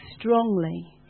strongly